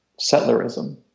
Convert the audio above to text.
settlerism